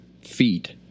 feet